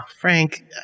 Frank